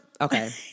okay